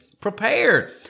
Prepare